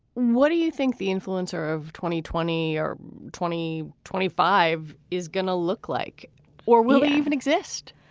what do you think the influencer of twenty, twenty or twenty, twenty five is going to look like or will even exist?